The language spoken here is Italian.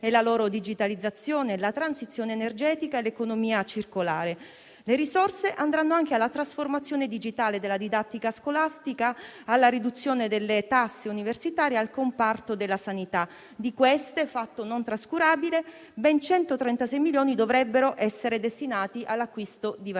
e la loro digitalizzazione, la transizione energetica e l'economia circolare. Le risorse andranno anche alla trasformazione digitale della didattica scolastica, alla riduzione delle tasse universitarie e al comparto della sanità. Di queste, fatto non trascurabile, ben 136 milioni dovrebbero essere destinati all'acquisto di vaccini.